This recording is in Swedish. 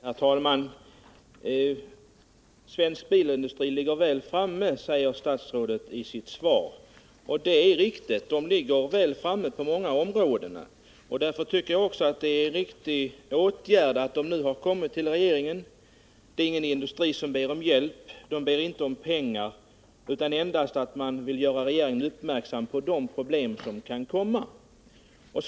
Herr talman! Svensk bilindustri ligger väl framme, säger statsrådet i sin kommentar. Och det är riktigt, den ligger väl framme på många områden. Därför tycker jag också att det är en riktig åtgärd att man nu har uppvaktat regeringen. Detta är ingen industri som ber om hjälp eller om pengar, utan man vill endast göra regeringen uppmärksam på de problem som kan uppstå.